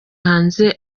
hanze